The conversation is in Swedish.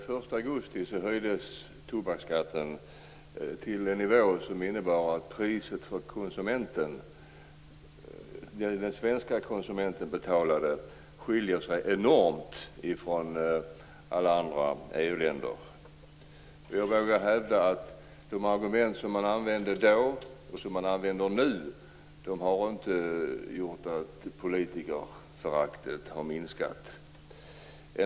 Fru talman! Den 1 augusti höjdes tobaksskatten till en nivå som innebär att det pris den svenska konsumenten nu betalar skiljer sig enormt från priset i alla andra EU-länder. Jag vågar hävda att de argument som användes då och som används nu inte har gjort att politikerföraktet har minskat.